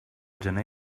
gener